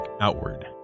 outward